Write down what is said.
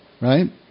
right